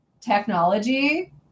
technology